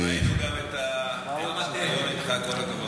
ראינו גם את, כל הכבוד.